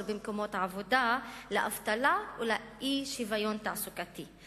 במקומות עבודה לאבטלה ולאי-שוויון תעסוקתי.